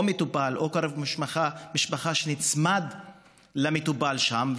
או מטופל או קרוב משפחה שנצמד למטופל שם,